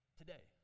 today